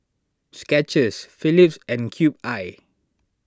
Skechers Phillips and Cube I